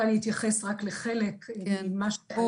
אולי אני אתייחס רק לחלק מהן.